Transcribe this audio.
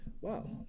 Wow